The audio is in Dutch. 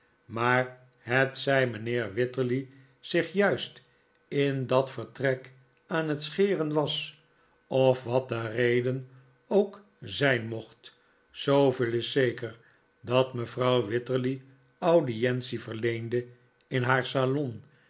maar hetzij mijnheer wititterly zich juist in dat vertrek aan het scheren was of wat nikolaas nickleby de reden ook zijn mocht zooveel is zeker dat mevrouw wititterly audientie verleende in den salon